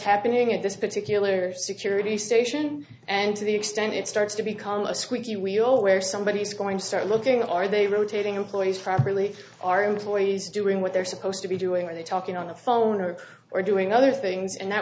happening at this particular security station and to the extent it starts to become a squeaky wheel where somebody is going to start looking at are they really taking employees properly are employees doing what they're supposed to be doing are they talking on the phone or or doing other things and that